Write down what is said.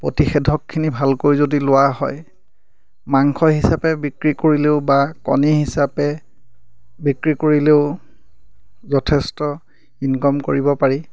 প্ৰতিষেধকখিনি ভালকৈ যদি লোৱা হয় মাংস হিচাপে বিক্ৰী কৰিলেও বা কণী হিচাপে বিক্ৰী কৰিলেও যথেষ্ট ইনকম কৰিব পাৰি